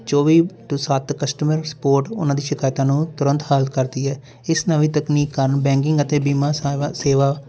ਚੌਵੀ ਟੂ ਸੱਤ customer support ਉਹਨਾਂ ਦੀ ਸ਼ਿਕਾਇਤਾਂ ਨੂੰ ਤੁਰੰਤ ਹੱਲ ਕਰਦੀ ਹੈ ਇਸ ਨਾਲ ਵੀ ਤਕਨੀਕ ਕਾਰਨ ਬੈਂਗਿੰਗ ਅਤੇ ਬੀਮਾ ਸਾਵਾ ਸੇਵਾ